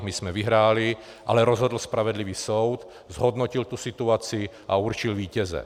My jsme vyhráli, ale rozhodl spravedlivý soud, zhodnotil tu situaci a určil vítěze.